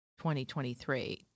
2023